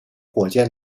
火箭